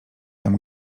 tam